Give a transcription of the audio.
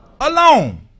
Alone